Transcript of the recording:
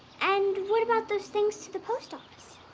and what about those things to the post office?